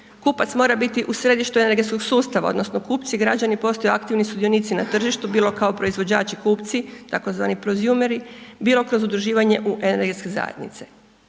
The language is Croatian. Kupac mora biti u središtu energetskog sustava odnosno kupci građani postaju aktivni sudionici na tržištu bilo kao proizvođači kupci tzv. prozjumeri, bilo kroz udruživanje u energetske zajednice.